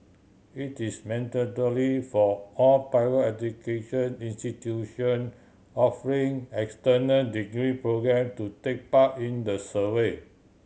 it is mandatory for all private education institution offering external degree programme to take part in the survey